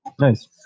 Nice